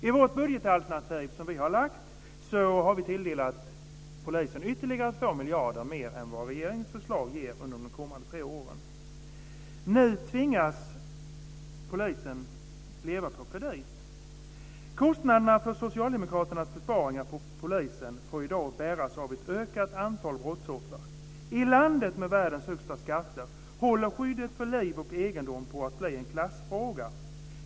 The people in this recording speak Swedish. I det budgetalternativ som vi har lagt fram har vi tilldelat polisen 2 miljarder kronor mer än vad regeringens förslag ger under de kommande tre åren. Nu tvingas polisen leva på kredit. Kostnaderna för Socialdemokraternas besparingar på polisen får i dag bäras av ett ökat antal brottsoffer. I landet med världens högsta skatter håller skyddet för liv och egendom på att bli en klassfråga.